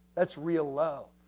that's real love.